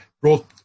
brought